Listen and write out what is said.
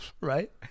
right